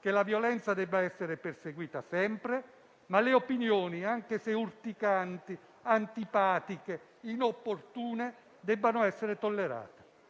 che la violenza debba essere perseguita sempre, ma che le opinioni, anche se urticanti, antipatiche, inopportune, debbano essere tollerate.